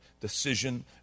decision